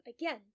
again